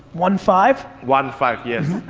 one, five? one, five, yes,